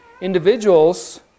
individuals